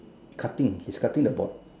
cutting he's cutting the board